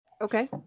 Okay